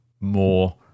more